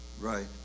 Right